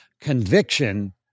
Conviction